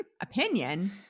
opinion